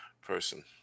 person